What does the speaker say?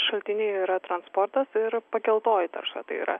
šaltiniai yra transportas ir pakeltoji tarša tai yra